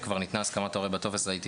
--- כבר ניתנה הסכמת ההורה בטופס נראה